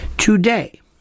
Today